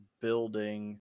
building